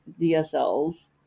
DSLs